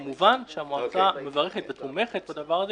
כמובן שהמועצה מברכת ותומכת בדבר הזה.